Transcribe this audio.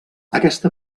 aquesta